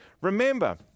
remember